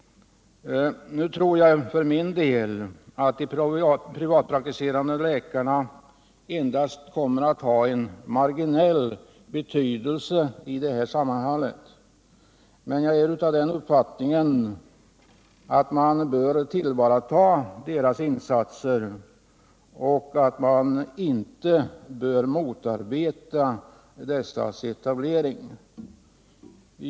Nu tror jag för min del att de privatpraktiserande läkarna endast kommer att ha marginell betydelse i detta sammanhang, men jag är av den uppfattningen att man bör tillvarata deras insatser och att man inte bör motarbeta deras etablering.